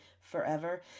forever